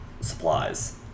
supplies